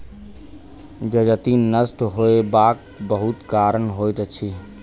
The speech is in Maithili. जजति नष्ट होयबाक बहुत कारण होइत अछि